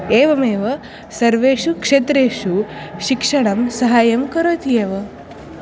एवमेव सर्वेषु क्षेत्रेषु शिक्षणं सहायं करोति एव